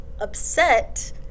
upset